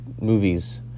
movies